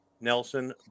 Nelson